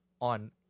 on